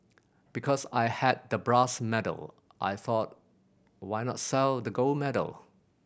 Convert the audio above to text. because I had the brass medal I thought why not sell the gold medal